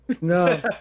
No